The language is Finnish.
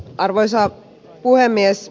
arvoisa puhemies